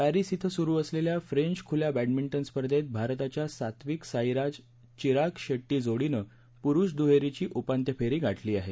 Paris इथं सुरू असलेल्या फ्रेंच खुल्या बॅडमिंटन स्पर्धेत भारताच्या सात्विक साईराज चिराग शेट्टी जोडीनं पुरुष दुहेरीची उपांत्य फेरी गाठली आहे